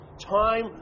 Time